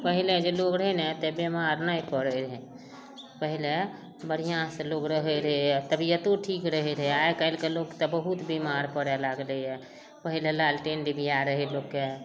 पहिले जे लोग रहै ने एते बिमार नहि परै रहै पहिले बढ़िऑं से लोग रहै रहए तबियतो ठीक रहै रहए आइ काल्हिके लोक तऽ बहुत बिमार परै लागलैया पहिले लालटेन डिबिया रहै लोकके